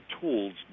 tools